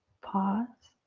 pause.